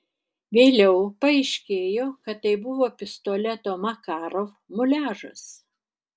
vėliau paaiškėjo kad tai buvo pistoleto makarov muliažas